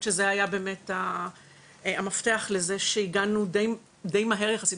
שזה המפתח לזה שהגענו די מהר יחסית,